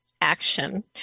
action